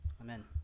Amen